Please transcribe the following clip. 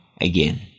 again